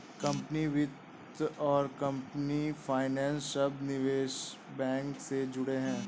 company वित्त और company financer शब्द निवेश बैंक से जुड़े हैं